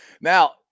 now